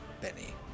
Benny